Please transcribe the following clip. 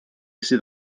sydd